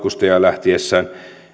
lähtiessään vaikka nyt